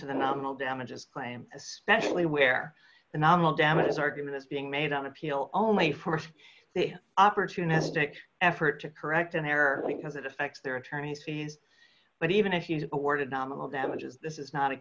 to the nominal damages claim especially where the nominal damages argument is being made on appeal only for the opportunistic effort to correct an error because it affects their attorney's fees but even if you awarded nominal that which is this is not a